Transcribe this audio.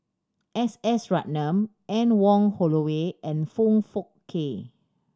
S S Ratnam Anne Wong Holloway and Foong Fook Kay